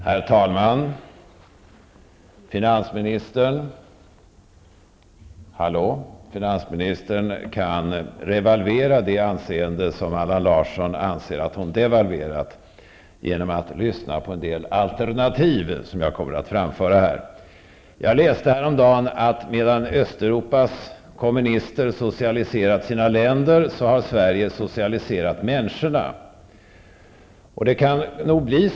Herr talman! Finansministern kan revalvera sitt anseende, vilket Allan Larsson anser att hon devalverat, genom att lyssna till en del alternativ som jag här kommer att framföra. Häromdagen läste jag att medan Östeuropas kommunister socialiserat sina länder har Sverige socialiserat människorna. Så kan det nog bli.